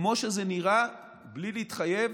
כמו שזה נראה, בלי להתחייב,